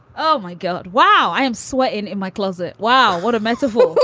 oh, my god. wow. i am sweating in my closet. wow. what a metaphor